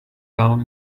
down